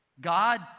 God